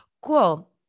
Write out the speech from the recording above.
Cool